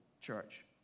church